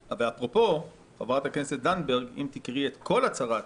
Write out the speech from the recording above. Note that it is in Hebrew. אפרופו, חברת הכנסת זנדברג, אם תקראי את כל הצהרת